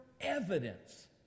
evidence